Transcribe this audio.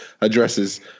addresses